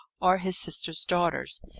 or his sister's daughters.